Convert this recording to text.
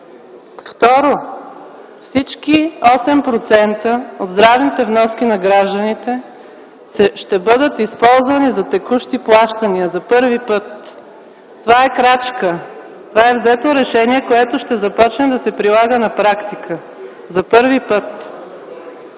Второ, всички 8% от здравните вноски на гражданите ще бъдат използвани за текущи плащания, за първи път. Това е крачка. Това е взето решение, което ще започне да се прилага на практика. За първи път!